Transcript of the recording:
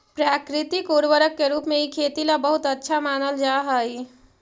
प्राकृतिक उर्वरक के रूप में इ खेती ला बहुत अच्छा मानल जा हई